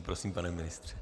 Prosím, pane ministře.